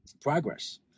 Progress